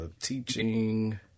teaching